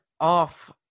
off